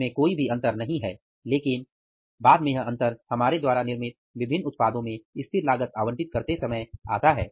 इसमें कोई भी अंतर नहीं है लेकिन बाद में यह अंतर हमारे द्वारा निर्मित विभिन्न उत्पादों में स्थिर लागत आवंटित करते समय आता है